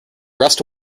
rest